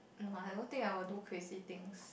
no I don't think I will do crazy things